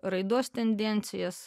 raidos tendencijas